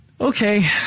Okay